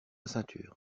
ceinture